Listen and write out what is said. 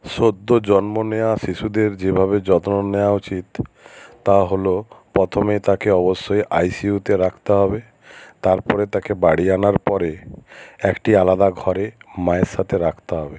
সদ্য জন্ম নেয়া শিশুদের যেভাবে যত্ন নেওয়া উচিৎ তা হলো প্রথমে তাকে অবশ্যই আই সি ইউতে রাখতে হবে তারপরে তাকে বাড়ি আনার পরে একটি আলাদা ঘরে মায়ের সাথে রাখতে হবে